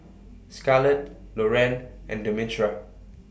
Scarlett Loren and Demetra